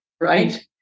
right